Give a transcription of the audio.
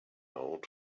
old